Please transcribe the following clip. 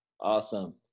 Awesome